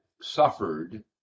suffered